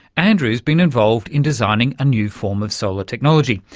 andrew's been involved in designing a new form of solar technology,